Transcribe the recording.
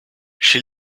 she